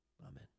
amen